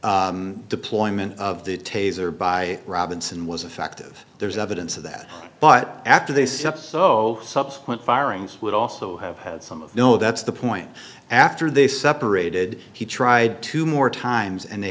deployment of the taser by robinson was effective there's evidence of that but after they said no subsequent firings would also have had some of no that's the point after they separated he tried two more times and they